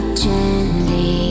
gently